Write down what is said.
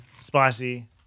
spicy